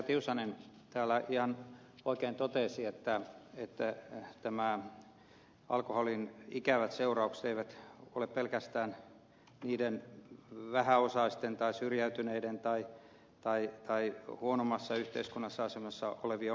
tiusanen täällä ihan oikein totesi että alkoholin ikävät seuraukset eivät ole pelkästään vähäosaisten tai syrjäytyneiden tai huonommassa yhteiskunnallisessa asemassa olevien ongelma